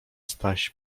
staś